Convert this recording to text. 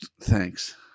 Thanks